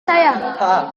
saya